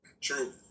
True